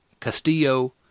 Castillo